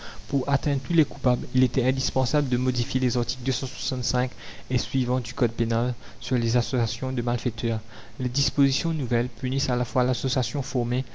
pour atteindre tous les coupables il était indispensable de modifier les articles et suivants du code pénal sur les associations de malfaiteurs les dispositions nouvelles punissent à la fois l'association formée